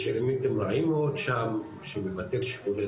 יש אלמנטים רעים מאוד שם שמבטל שיקולי